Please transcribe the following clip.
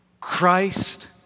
Christ